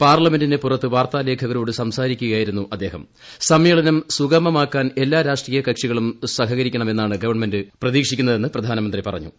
പാർലമെന്റിന് പുറ്ത്ത് ് വാർത്താ ലേഖകരോട് സംസാരിക്കുകയായിരുന്നു അദ്ദേഹം സമ്മേളനം സുഗമമാക്കാൻ എല്ലാ രാഷ്ട്രീയ കക്ഷികളും സ്ഹകരിക്കുമെന്നാണ് ഗവൺമെന്റ് പ്രതീക്ഷിക്കുന്നതെന്ന് പ്രക്ടിനുമുന്തി പറഞ്ഞു